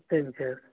சரி சார்